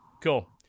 Cool